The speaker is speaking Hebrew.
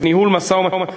וניהול משא-ומתן,